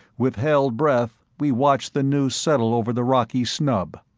with held breath, we watched the noose settle over the rocky snub.